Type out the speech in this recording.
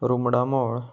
रुमडामोळ